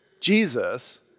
Jesus